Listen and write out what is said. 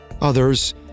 Others